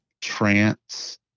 trance